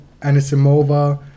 Anisimova